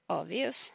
obvious